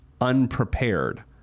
unprepared